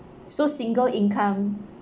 so single income